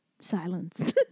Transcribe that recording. Silence